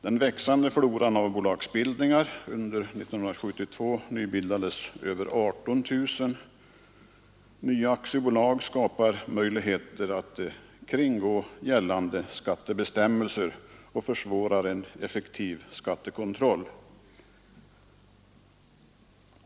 Den växande floran av bolagsbildningar — under 1972 bildades över 18 000 nya aktiebolag — skapar möjligheter att kringgå gällande skattebestämmelser och försvårar en effektiv skattekontroll.